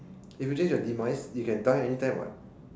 if you change your demise you can die any time what